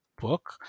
book